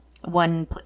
One